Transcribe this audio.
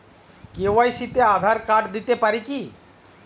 KYC তে Aadhaar card দিতে পারি কি?